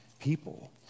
people